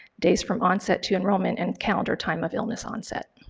days from onset to enrollment, and count or time of illness onset.